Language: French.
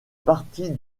partie